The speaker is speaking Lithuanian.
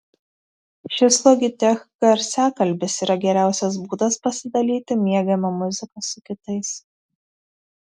šis logitech garsiakalbis yra geriausias būdas pasidalyti mėgiama muzika su kitais